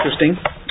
interesting